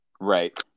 right